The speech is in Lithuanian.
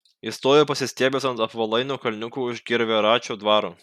jis stovi pasistiebęs ant apvalaino kalniuko už gervėračio dvaro